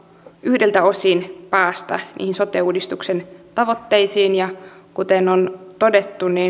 yhdeltä osin päästä niihin sote uudistuksen tavoitteisiin ja kuten on todettu